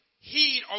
Heed